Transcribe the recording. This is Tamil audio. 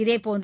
இதேபோன்று